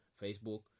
Facebook